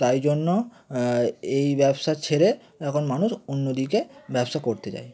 তাই জন্য এই ব্যবসা ছেড়ে এখন মানুষ অন্য দিকে ব্যবসা করতে যায়